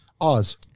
Oz